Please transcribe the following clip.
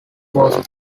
was